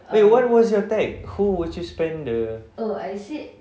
wait what was your tag who would you spend the